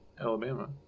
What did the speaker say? Alabama